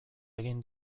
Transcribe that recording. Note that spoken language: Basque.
egin